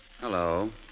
Hello